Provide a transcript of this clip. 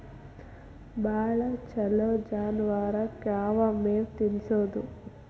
ಭಾಳ ಛಲೋ ಜಾನುವಾರಕ್ ಯಾವ್ ಮೇವ್ ತಿನ್ನಸೋದು?